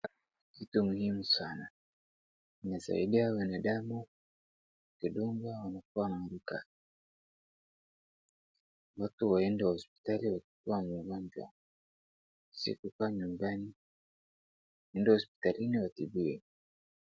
Kitu muhimu sana, imesaidia wanadamu kudungwa wanapoanguka. Watu waende hospitali wakiwa mgonjwa si kukaa nyumbani waende hospitalini watibiwe.